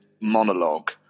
monologue